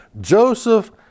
Joseph